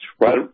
right